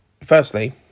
firstly